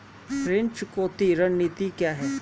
ऋण चुकौती रणनीति क्या है?